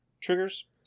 triggers